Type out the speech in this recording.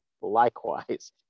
likewise